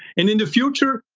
and in the future,